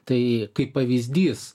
tai kaip pavyzdys